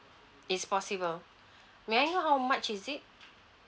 is possible may I know how much is it